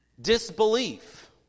Disbelief